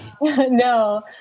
No